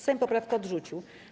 Sejm poprawkę odrzucił.